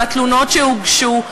והתלונות שהוגשו האפשרות נפתחה.